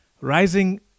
rising